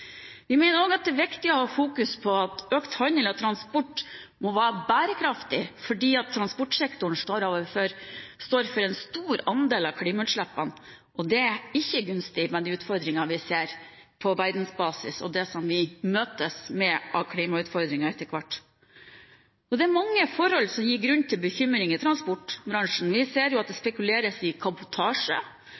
Vi mener òg at det er viktig å fokusere på at økt handel og transport må være bærekraftig, for transportsektoren står for en stor andel av klimautslippene, og det er ikke gunstig med de utfordringene vi ser på verdensbasis, og det vi etter hvert møtes med av klimautfordringer. Det er mange forhold som gir grunn til bekymring i transportbransjen. Vi ser at det spekuleres i kabotasje.